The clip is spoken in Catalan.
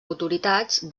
autoritats